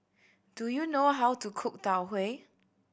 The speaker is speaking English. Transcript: do you know how to cook Tau Huay